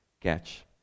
catch